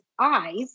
eyes